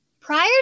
Prior